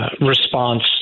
response